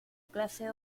clase